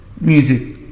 music